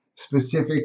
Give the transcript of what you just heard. Specific